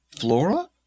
Flora